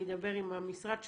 אני אדבר עם המשרד שלו.